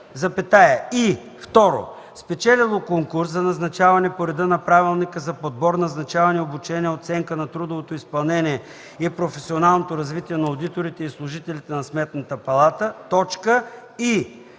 „магистър”, и 2. спечелило конкурс за назначаване по реда на Правилника за подбор, назначаване, обучение, оценка на трудовото изпълнение и професионалното развитие на одиторите и служителите на Сметната палата, и 3. е